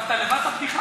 כתבת לבד את הבדיחה?